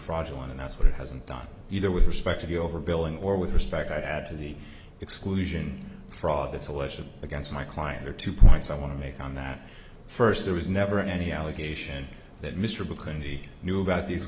fraudulent and that's what it hasn't done either with respect to the overbilling or with respect i'd add to the exclusion fraud that's alleged against my client are two points i want to make on that first there was never any allegation that mr because he knew about the